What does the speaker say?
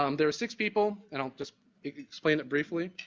um there were six people and i'll just explain it briefly.